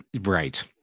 Right